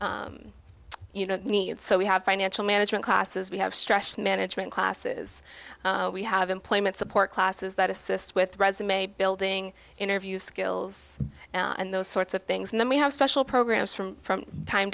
bolster you know needs so we have financial management classes we have stress management classes we have employment support classes that assist with resume building interview skills and those sorts of things and then we have special programs from from time